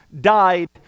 died